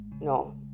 No